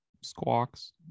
squawks